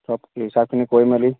চব হিচাপখিনি কৰি মেলি